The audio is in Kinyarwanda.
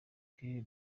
claire